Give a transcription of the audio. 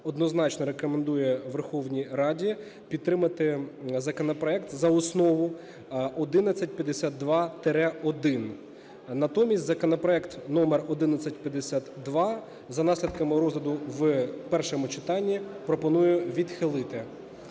однозначно рекомендує Верховній Раді підтримати законопроект за основу 1152-1. Натомість законопроект номер 1152 за наслідками розгляду в першому читанні пропоную відхилити.